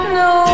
no